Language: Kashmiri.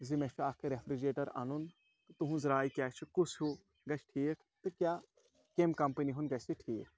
زِ مےٚ چھُ اَکھ رٮ۪فرِجریٹَر اَنُن تُہٕںٛز راے کیاہ چھِ کُس ہیوٗ گژھِ ٹھیٖک تہٕ کیاہ کیٚم کَمپٔنی ہُنٛد گژھِ ٹھیٖک